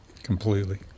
Completely